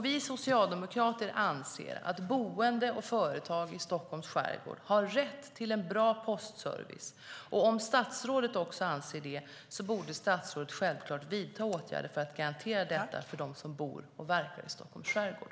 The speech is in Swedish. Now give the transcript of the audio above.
Vi socialdemokrater anser att boende och företag i Stockholms skärgård har rätt till en bra postservice. Om statsrådet också anser det borde statsrådet självklart vidta åtgärder för att garantera detta för dem som bor och verkar i Stockholms skärgård.